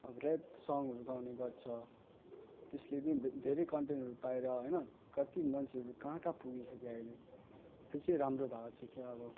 अब रेप सङहरू गाउने गर्छ त्यसले पनि धेरै कन्टेन्टहरू पाएर होइन कति मान्छेहरू कहाँ कहाँ पुगिसक्यो आहिले त्यो चाहिँ राम्रो भएको छ कि अब